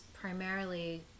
primarily